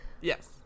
Yes